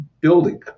building